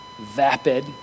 vapid